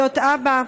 להיות אבא.